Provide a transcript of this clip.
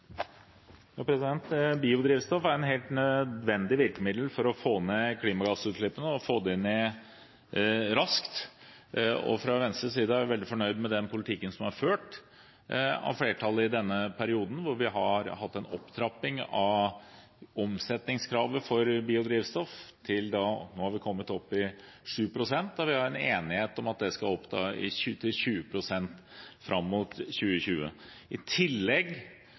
helt nødvendig virkemiddel for å få ned klimagassutslippene og få dem ned raskt, og fra Venstres side er vi veldig fornøyd med den politikken som er ført av flertallet i denne perioden. Vi har hatt en opptrapping av omsetningskravet for biodrivstoff – nå er vi kommet opp i 7 pst. – og vi har en enighet om at det skal opp til 20 pst. fram mot 2020. I tillegg